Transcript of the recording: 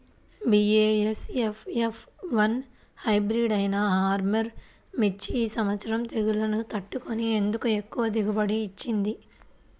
BASF F one hybrid అయినా ఆర్ముర్ మిర్చి ఈ సంవత్సరం తెగుళ్లును తట్టుకొని ఎందుకు ఎక్కువ దిగుబడి ఇచ్చింది?